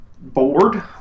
bored